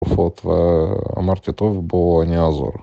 ופה, כבר אמרתי טוב בוא אני אעזור